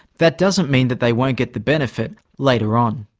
that doesn't mean that they won't get the benefit later on.